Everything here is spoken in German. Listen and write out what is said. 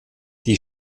die